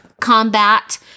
combat